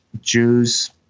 Jews